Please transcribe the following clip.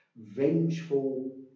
vengeful